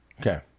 Okay